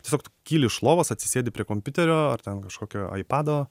tiesiog tu kyli iš lovos atsisėdi prie kompiuterio ar ten kažkokio aipedo